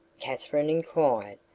katherine inquired.